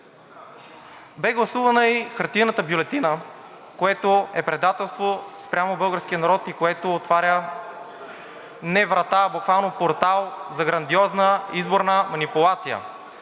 Бе гласувана и хартиената бюлетина, което е предателство спрямо българския народ и което отваря не врата, а буквално портал за грандиозна изборна манипулация.